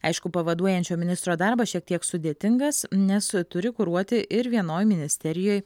aišku pavaduojančio ministro darbas šiek tiek sudėtingas nes turi kuruoti ir vienoj ministerijoj